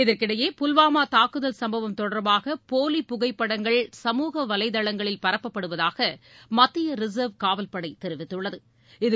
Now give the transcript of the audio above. இதற்கிடையே புல்வாமா தாக்குதல் சம்பவம் தொடர்பாக போலிப் புகைப்படங்கள் சமுக வலைதளங்களில் பரப்பப்படுவதாக மத்திய ரிசர்வ் காவல் படை தெரிவித்துள்ளது